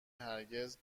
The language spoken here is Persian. هرگز